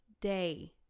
day